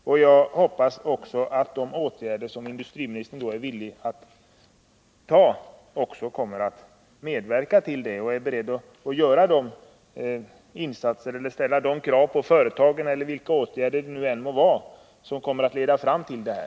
Mot den bakgrunden hoppas jag att industriministern är beredd att medverka till att de åtgärder i form av krav på företaget eller annat som kan bli nödvändiga också kommer att vidtas.